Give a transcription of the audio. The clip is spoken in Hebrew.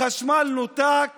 החשמל נותק